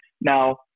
Now